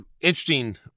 interesting